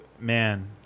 man